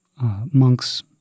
Monks